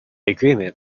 agreement